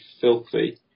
filthy